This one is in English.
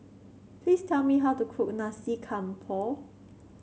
please tell me how to cook Nasi Campur